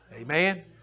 Amen